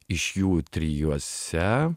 iš jų trijuose